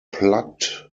plucked